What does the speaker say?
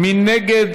מי נגד?